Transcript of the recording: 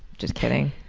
just kidding.